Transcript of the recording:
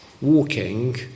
walking